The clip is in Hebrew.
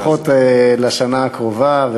הכיסא הרם והנישא הזה, לפחות לשנה הקרובה.